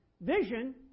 vision